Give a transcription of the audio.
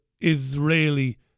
Israeli